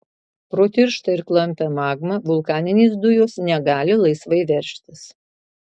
pro tirštą ir klampią magmą vulkaninės dujos negali laisvai veržtis